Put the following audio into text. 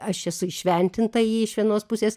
aš esu įšventinta į jį iš vienos pusės